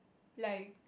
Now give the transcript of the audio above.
like